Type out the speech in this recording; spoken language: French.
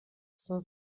cinq